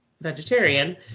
vegetarian